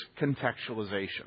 contextualization